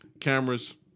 cameras